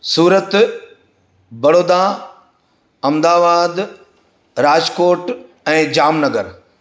सूरत वडोदड़ा अहमदावाद राजकोट ऐं जामनगर